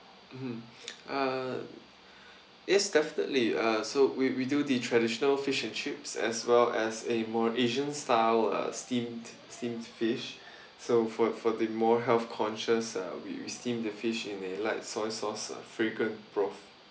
mmhmm uh yes definitely uh so we we do the traditional fish and chips as well as a more asian style uh steamed steamed fish so for for the more health conscious uh we steam the fish in a light soy sauces fragrant broth